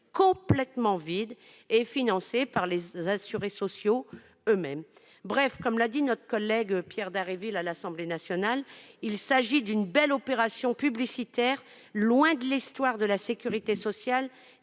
complètement vide, financée par les assurés sociaux eux-mêmes. Bref, comme l'a dit notre collègue Pierre Dharréville à l'Assemblée nationale, il s'agit d'une « belle opération publicitaire, loin de l'histoire de la sécurité sociale